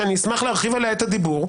שאני אשמח להרחיב עליה את הדיבור,